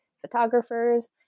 photographers